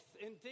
indeed